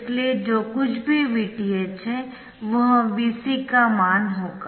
इसलिए जो कुछ भी Vth है वह Vc का मान होगा